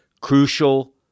crucial